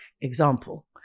example